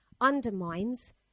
undermines